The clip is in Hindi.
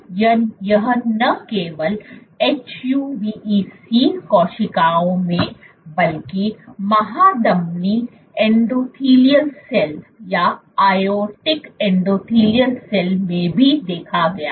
तो यह न केवल HUVEC कोशिकाओं में बल्कि महाधमनी एंडोथेलियल सेल में भी देखा गया